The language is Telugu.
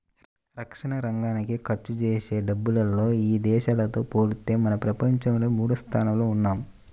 రక్షణరంగానికి ఖర్చుజేసే డబ్బుల్లో ఇదేశాలతో పోలిత్తే మనం ప్రపంచంలో మూడోస్థానంలో ఉన్నాం